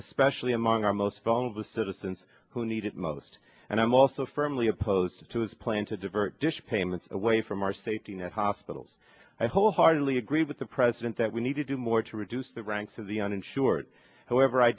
especially among our most vulnerable citizens who need it most and i'm also firmly opposed to his plan to divert dish payments away from our safety net hospitals i wholeheartedly agree with the president that we need to do more to reduce the ranks of the uninsured however i